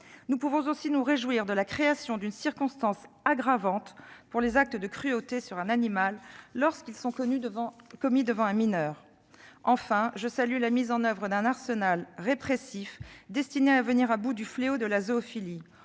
Nous pouvons aussi nous réjouir de la création d'une circonstance aggravante pour les actes de cruauté sur un animal lorsqu'ils sont commis devant un mineur. Enfin, je salue la mise en oeuvre d'un arsenal répressif destiné à venir à bout du fléau de la zoophilie.